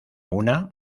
una